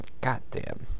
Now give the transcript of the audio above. Goddamn